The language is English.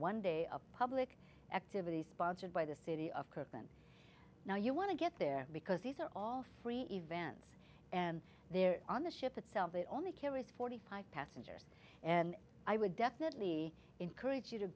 one day of public activities sponsored by the city of kirkman now you want to get there because these are all free events and there on the ship itself it only carries forty five passengers and i would definitely encourage you to